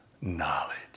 knowledge